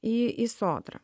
į į sodrą